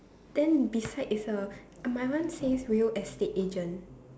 then beside is the my one says real estate agent